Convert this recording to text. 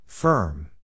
Firm